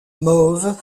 mauve